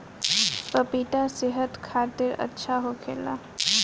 पपिता सेहत खातिर अच्छा होखेला